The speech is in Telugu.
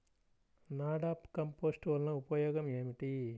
నాడాప్ కంపోస్ట్ వలన ఉపయోగం ఏమిటి?